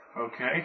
Okay